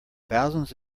thousands